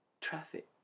traffic